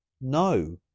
No